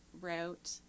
wrote